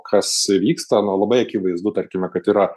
kas vyksta na labai akivaizdu tarkime kad yra